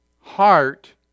heart